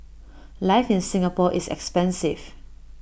life in Singapore is expensive